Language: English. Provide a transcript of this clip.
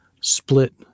split